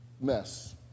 mess